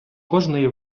кожної